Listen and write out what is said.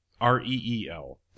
R-E-E-L